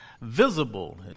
visible